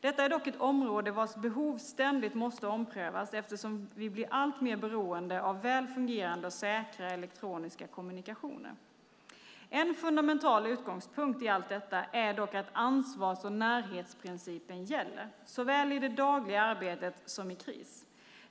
Detta är dock ett område vars behov ständigt måste omprövas eftersom vi blir alltmer beroende av väl fungerande och säkra elektroniska kommunikationer. En fundamental utgångspunkt i allt detta är dock att ansvars och närhetsprincipen gäller, såväl i det dagliga arbetet som i kris.